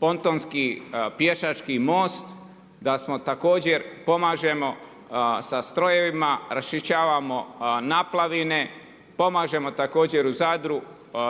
pontonski pješački most, da smo također, pomažemo sa strojevima, raščišćavamo naplavine, pomažemo također u Zadru